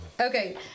Okay